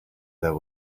there